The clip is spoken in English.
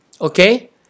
okay